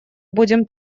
будем